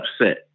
upset